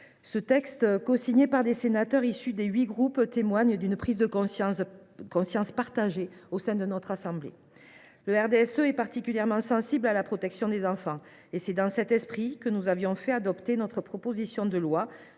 Cosigné par des sénateurs issus des huit groupes, il témoigne d’une prise de conscience partagée au sein de notre assemblée. Le RDSE est particulièrement sensible à la protection des enfants. C’est dans cet esprit que nous avions fait adopter la proposition de loi